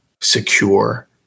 secure